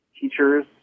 teachers